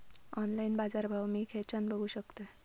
Online बाजारभाव मी खेच्यान बघू शकतय?